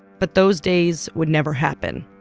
but those days would never happen.